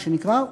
מה שנקרא,